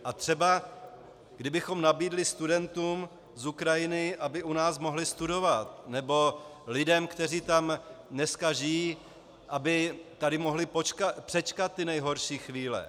A třeba kdybychom nabídli studentům z Ukrajiny, aby u nás mohli studovat, nebo lidem, kteří tam dnes žijí, aby tady mohli přečkat nejhorší chvíle.